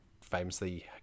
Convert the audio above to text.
famously